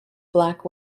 black